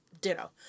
Ditto